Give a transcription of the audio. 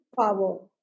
power